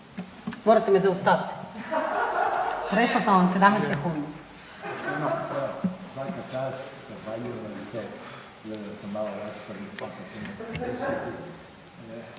Morate me zaustavit, prešla sam vam 17 sekundi.